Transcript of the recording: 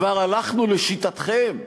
כבר הלכנו לשיטתכם.